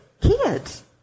kids